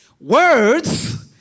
Words